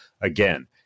again